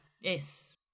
Yes